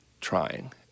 trying